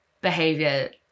behavior